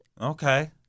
Okay